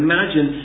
Imagine